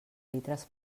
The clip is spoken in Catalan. litres